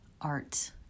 art